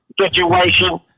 situation